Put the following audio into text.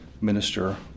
minister